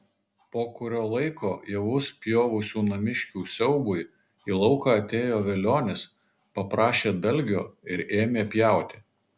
po kurio laiko javus pjovusių namiškių siaubui į lauką atėjo velionis paprašė dalgio ir ėmė pjauti